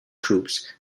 troops